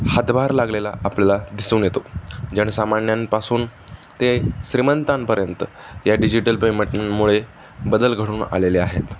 हातभार लागलेला आपल्याला दिसून येतो जनसामान्यांपासून ते श्रीमंतांपर्यंत या डिजिटल पेमेंटमुळे बदल घडून आलेले आहेत